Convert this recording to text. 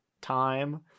time